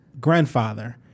grandfather